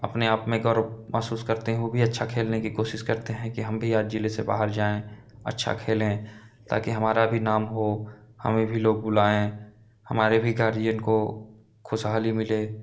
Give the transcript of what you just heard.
अपने आप में गर्व महसूस करते हैं वह भी अच्छा खेलने की कोशिश करते हैं कि हम भी आज ज़िले से बाहर जाएँ अच्छा खेलें ताकि हमारा भी नाम हो हमें भी लोग बुलाएँ हमारे भी गार्ज़ियन को ख़ुशहाली मिले